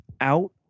out